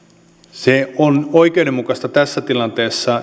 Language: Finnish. se on oikeudenmukaista tässä tilanteessa